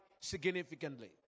significantly